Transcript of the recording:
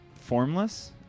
formless